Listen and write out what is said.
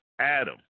Adam